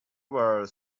were